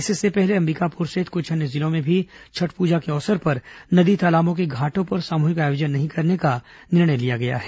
इससे पहले अंबिकापुर सहित कुछ अन्य जिलों में भी छठ प्रजा के अवसर पर नदी तालाबों के घाटों पर सामूहिक आयोजन नहीं करने का निर्णय लिया गया है